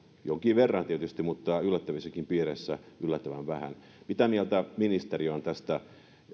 jonkin verran mutta yllättävissäkin piireissä yllättävän vähän mitä mieltä ministeri on tästä